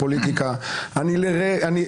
אתה פשוט מאחז את עיני הציבור.